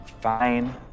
fine